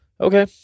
okay